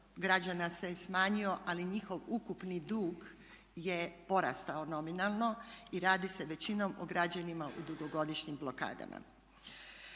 građana se smanjio ali njihov ukupni dug je porastao nominalno i radi se većinom o građanima u dugogodišnjim blokadama.